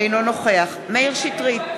אינו נוכח מאיר שטרית,